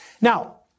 Now